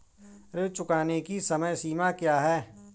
ऋण चुकाने की समय सीमा क्या है?